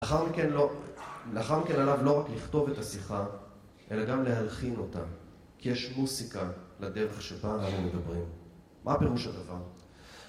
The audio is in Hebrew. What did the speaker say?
לאחר כן עליו לא רק לכתוב את השיחה, אלא גם להלחין אותה, כי יש מוסיקה לדרך שבה אנו מדברים. מה פירוש הדבר?